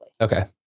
Okay